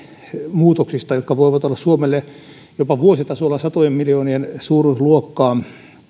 muutoksista jotka voivat olla suomelle vuositasolla jopa satojen miljoonien suuruusluokkaa